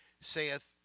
saith